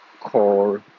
call